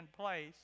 place